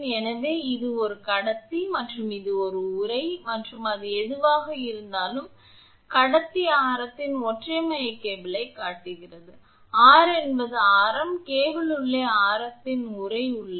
எனவே இது ஒரு கடத்தி மற்றும் இது ஒரு உறை மற்றும் அது எதுவாக இருந்தாலும் கடத்தி ஆரத்தின் ஒற்றை மைய கேபிளைக் காட்டுகிறது ஆர் அது ஆரம் கேபிள் உள்ளே ஆரத்தின் உறை உள்ளது